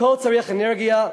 הכול צורך אנרגיה,